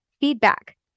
feedback